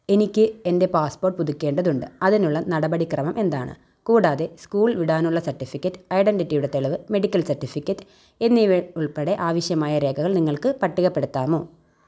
എനിക്ക് എന്റെ പാസ്പ്പോട്ട് പുതുക്കേണ്ടതുണ്ട് അതിനുള്ള നടപടിക്രമം എന്താണ് കൂടാതെ സ്കൂൾ വിടാനുള്ള സർട്ടിഫിക്കറ്റ് ഐഡന്റിറ്റിയുടെ തെളിവ് മെഡിക്കൽ സർട്ടിഫിക്കറ്റ് എന്നിവ ഉൾപ്പെടെ ആവശ്യമായ രേഖകൾ നിങ്ങൾക്ക് പട്ടികപ്പെടുത്താമോ